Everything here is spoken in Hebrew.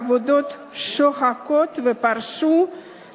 שמטרתה לפצות את העובדים השכירים שעבדו